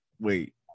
wait